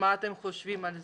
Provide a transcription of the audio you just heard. מה אתם חושבים על כך?